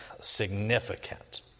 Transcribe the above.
significant